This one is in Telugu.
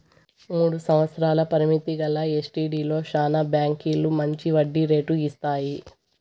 మూడు సంవత్సరాల పరిమితి గల ఎస్టీడీలో శానా బాంకీలు మంచి వడ్డీ రేటు ఇస్తాయి